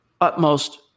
utmost